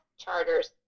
charters